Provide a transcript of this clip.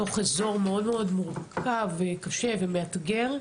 בתוך אזור מאוד מורכב, קשה ומאתגר.